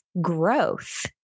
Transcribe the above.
growth